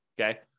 okay